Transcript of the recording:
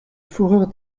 fourrures